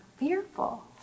Fearful